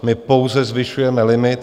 My pouze zvyšujeme limit.